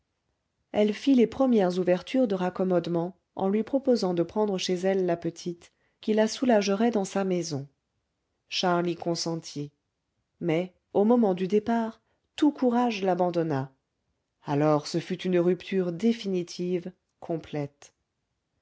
elle fit les premières ouvertures de raccommodement en lui proposant de prendre chez elle la petite qui la soulagerait dans sa maison charles y consentit mais au moment du départ tout courage l'abandonna alors ce fut une rupture définitive complète